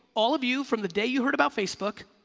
all of you from the day you heard about facebook